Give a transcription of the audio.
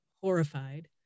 horrified